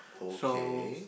okay